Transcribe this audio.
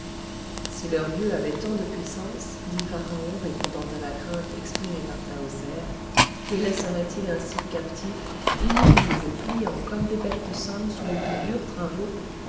si leur dieu avait tant de puissance dit pharaon répondant à la crainte exprimée par tahoser les laisserait il ainsi captifs humiliés et pliant comme des bêtes de somme sous les plus durs travaux